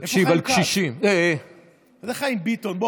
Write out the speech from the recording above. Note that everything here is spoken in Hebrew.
זה חיים ביטון.